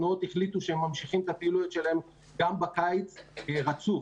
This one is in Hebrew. התנועות החליטו שהן ממשיכות את הפעילויות שלהן גם בקיץ באופן רצוף,